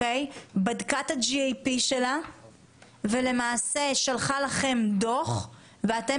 בדקה את ה-GAP שלה ולמעשה שלחה לכם דוח ואתם